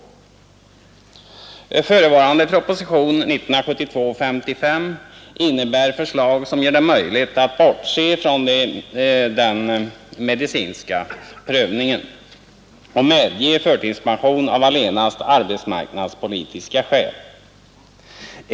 Enligt förslag i förevarande proposition, nr 55 år 1972, skulle det bli möjligt att bortse från den medicinska prövningen och medge förtidspension av allenast arbetsmarknadsmässiga skäl.